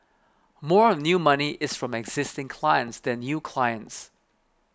more of new money is from existing clients than new clients